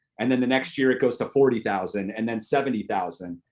and then the next year, it goes to forty thousand, and then seventy thousand,